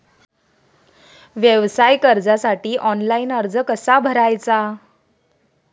व्यवसाय कर्जासाठी ऑनलाइन अर्ज कसा भरायचा?